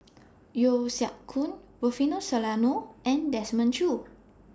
Yeo Siak Goon Rufino Soliano and Desmond Choo